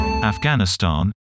Afghanistan